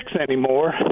anymore